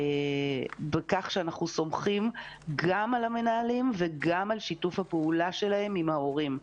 בכך שאנחנו סומכים גם על המנהלים וגם על שיתוף הפעולה שלהם עם ההורים.